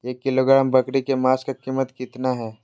एक किलोग्राम बकरी के मांस का कीमत कितना है?